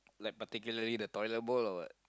like particularly the toilet bowl or what